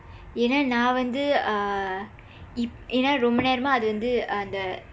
ஏனா நான் வந்து:eenaa naan vandthu uh ஏனா ரொம்ப நேரமா அது வந்து அந்த:eenaa rompa neeramaa athu vandthu andtha